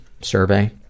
survey